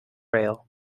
rail